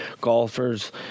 golfers